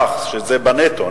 בנטו,